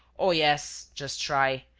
oh, yes. just try.